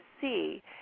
see